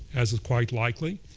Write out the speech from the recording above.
as as quite likely,